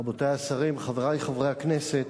רבותי השרים, חברי חברי הכנסת,